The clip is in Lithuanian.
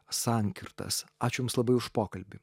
sankirtas aš jums labai už pokalbį